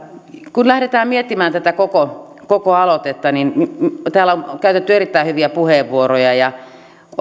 kun lähdetään miettimään tätä koko koko aloitetta täällä on käytetty erittäin hyviä puheenvuoroja